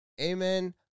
Amen